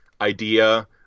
idea